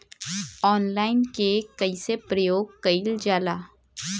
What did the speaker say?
Online के कइसे प्रयोग कइल जाला?